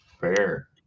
Fair